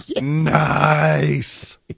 Nice